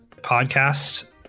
podcast